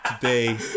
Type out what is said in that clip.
Today